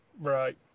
Right